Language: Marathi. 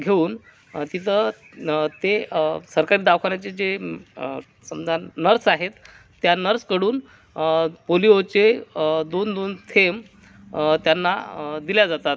घेऊन तिथं ते सरकारी दवाखान्याचे जे समजा नर्स आहेत त्या नर्सकडून पोलिओचे दोन दोन थेंब त्यांना दिले जातात